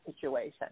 situation